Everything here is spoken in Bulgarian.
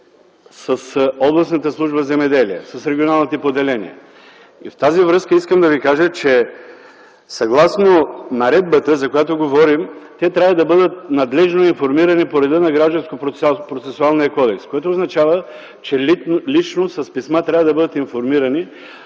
с Областната служба „Земеделие”, с регионалните поделения. В тази връзка искам да Ви кажа, че съгласно наредбата, за която говорим, те трябва да бъдат надлежно информирани по реда на Гражданския процесуален кодекс, което означава, че лично с писма трябва да бъдат информирани,